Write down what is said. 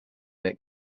that